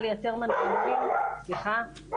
לייצר מנגנונים --- את מושתקת בזום,